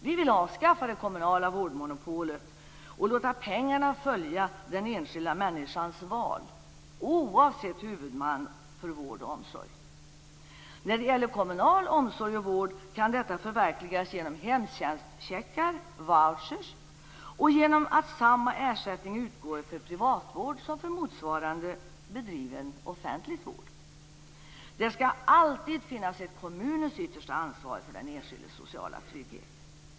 Vi vill avskaffa det kommunala vårdmonopolet och låta pengarna följa den enskilda människans val, oavsett huvudman för vård och omsorg. I kommunal omsorg kan detta förverkligas genom hemtjänstcheckar, vouchers, och genom att se till att samma ersättning utgår för privatvård som för motsvarande offentligt bedriven vård. Kommunen skall alltid ha det yttersta ansvaret för den enskildes sociala trygghet.